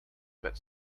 but